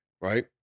right